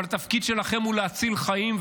אבל התפקיד שלכם הוא להציל חיים,